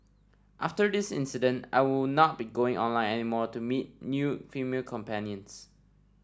after this incident I will not be going online any more to meet new female companions